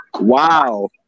wow